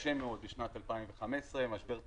קשה מאוד בשנת 2015, משבר תפעולי,